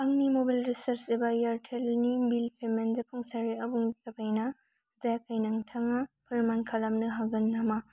आंनि mobile recharge एबा Airtel नि बिल पेमेन्ट जाफुंसार आबुं जाबायना जायाखै नोंथाङा फोरमान खालामनो हागोन नामा